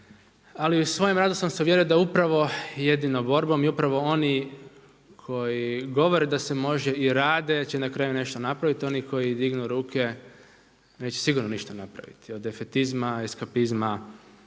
Ali u svojem radu sam se uvjerio da upravo jedino borbom i upravo oni koji govore da se može i rade će na kraju nešto napraviti. Oni koji dignu ruke neće sigurno ništa napraviti od defetizma, eskapizma